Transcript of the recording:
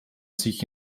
sich